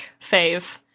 fave